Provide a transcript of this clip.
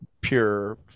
pure